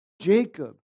Jacob